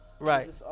Right